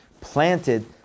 planted